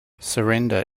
surrender